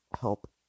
help